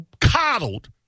coddled